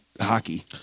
hockey